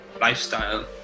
lifestyle